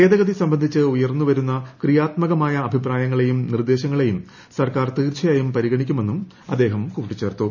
ഭേദഗതി സംബന്ധിച്ച് ഉയർന്നു വരുന്ന ക്രിയാത്മകമായ അഭിപ്രായങ്ങളെയും നിർദ്ദേശങ്ങളെയും സർക്കാർ തീർച്ചയായും പരിഗണിക്കുമെന്നും അദ്ദേഹം കൂട്ടിച്ചേർത്തു